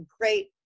great